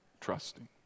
trusting